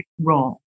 role